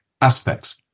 aspects